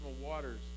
waters